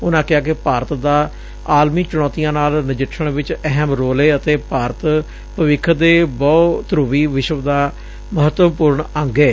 ਉਨੁਾਂ ਕਿਹਾ ਕਿ ਭਾਰਤ ਦਾ ਆਲਮੀ ਚੁਣੌਤੀਆਂ ਨਾਲ ਨਜਿੱਠਣ ਵਿਚ ਅਹਿਮ ਰੋਲ ਏ ਅਤੇ ਭਾਰਤ ਭਵਿੱਖ ਦੇ ਬਹੁ ਧਰੁਵੀ ਵਿਸ਼ਵ ਦਾ ਮਹੱਤਵਪੁਰਨ ਅੰਗ ਏ